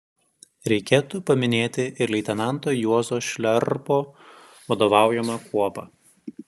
reikėtų paminėti ir leitenanto juozo šliarpo vadovaujamą kuopą